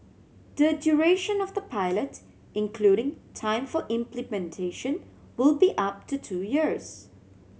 the duration of the pilot including time for implementation will be up to two years